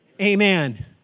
Amen